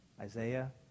Isaiah